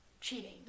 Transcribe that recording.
cheating